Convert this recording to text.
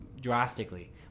drastically